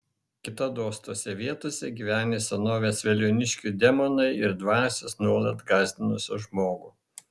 kitados tose vietose gyvenę senovės veliuoniškių demonai ir dvasios nuolat gąsdinusios žmogų